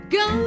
go